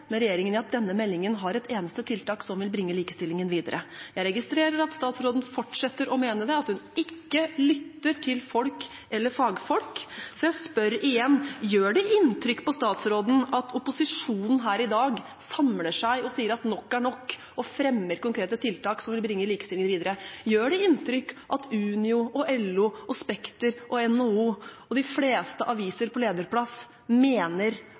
med regjeringen i at denne meldingen har et eneste tiltak som vil bringe likestillingen videre. Jeg registrerer at statsråden fortsetter å mene det, at hun ikke lytter til folk eller fagfolk, så jeg spør igjen: Gjør det inntrykk på statsråden at opposisjonen her i dag samler seg, sier at nok er nok, og fremmer konkrete tiltak som vil bringe likestillingen videre? Gjør det inntrykk at Unio, LO, Spekter, NHO og de fleste aviser på lederplass mener